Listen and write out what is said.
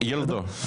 נכון, ילדו.